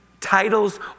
Titles